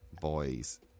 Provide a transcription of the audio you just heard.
Boys